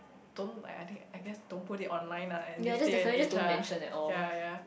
don't I I think I guess don't put it online ah at this day and age ah ya ya